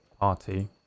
party